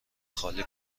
خالی